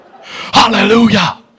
Hallelujah